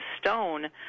stone